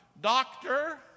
doctor